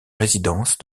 résidence